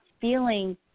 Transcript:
feeling